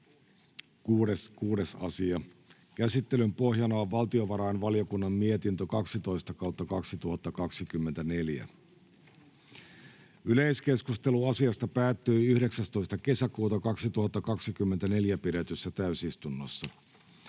6. asia. Käsittelyn pohjana on valtiovarainvaliokunnan mietintö VaVM 12/2024 vp. Yleiskeskustelu asiasta päättyi 19.6.2024 pidetyssä täysistunnossa.